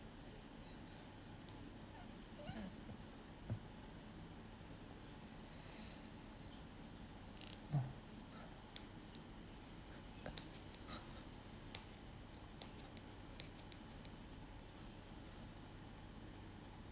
mm uh